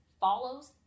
follows